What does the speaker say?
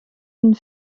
une